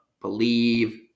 believe